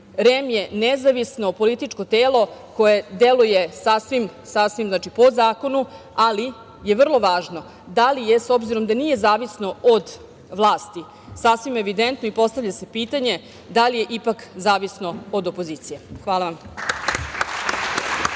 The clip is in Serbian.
REM je nezavisno političko telo koje deluje sasvim, sasvim po zakonu, ali je vrlo važno da li je, s obzirom da nije zavisno od vlasti, sasvim evidentno i postavlja se pitanje da li je ipak zavisno od opozicije? Hvala.